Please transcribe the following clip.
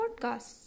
podcasts